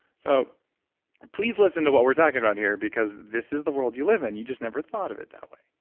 so please listen to what we're talking about here because this is the world you live in. and you just never thought of it that way.